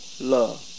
love